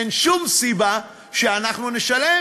אין שום סיבה שאנחנו נשלם